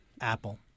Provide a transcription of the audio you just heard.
Apple